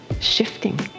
shifting